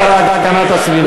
השר להגנת הסביבה.